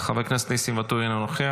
חברת הכנסת מטי צרפתי הרכבי, אינה נוכחת,